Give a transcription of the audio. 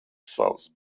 savas